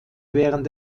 während